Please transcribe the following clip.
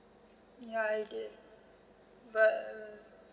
ya I did but